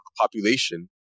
population